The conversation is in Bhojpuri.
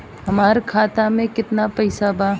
हमार खाता मे केतना पैसा बा?